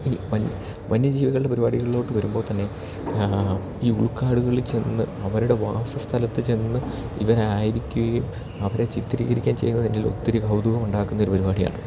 ഇനി വന് വന്യജീവികളുടെ പരിപാടികളിലോട്ട് വരുമ്പോൾ തന്നെ ഈ ഉൾക്കാടുകളിൽ ചെന്ന് അവരുടെ വാസ സ്ഥലത്ത് ചെന്ന് ഇവരായിരിക്കുകേം അവരെ ചിത്രീകരിക്കാൻ ചെയ്യുന്നത് എന്നില് ഒത്തിരി കൗതുകം ഉണ്ടാക്കുന്ന ഒരു പരിപാടിയാണ്